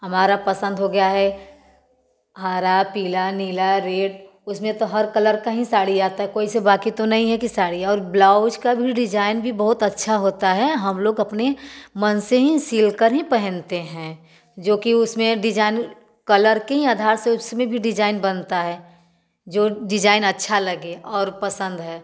हमारा पसंद हो गया है हरा पीला नीला रेड उसमें तो हर कलर का ही साड़ी आता है कोई से बाकी तो नहीं है कि साड़ी और ब्लाउज का भी डिजाइन भी बहुत अच्छा होता है हम लोग अपने मन से ही सिलकर ही पहनते हैं जो कि उसमें डिजाइन कलर के ही आधार से उसमें भी डिजाइन बनता है जो डिजाइन अच्छा लगे और पसंद है